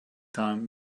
time